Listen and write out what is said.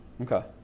okay